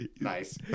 Nice